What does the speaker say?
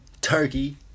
Turkey